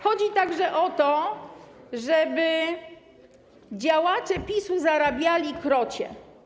Chodzi także o to, żeby działacze PiS-u zarabiali krocie.